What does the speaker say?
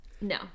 No